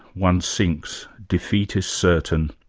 one sinks, defeat is certain.